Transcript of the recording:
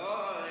חברי